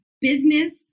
business